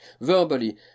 Verbally